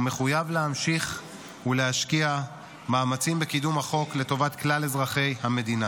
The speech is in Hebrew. ומחויב להמשיך ולהשקיע מאמצים בקידום החוק לטובת כלל אזרחי המדינה.